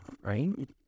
Right